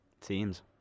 Teams